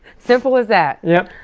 simple as that! yes.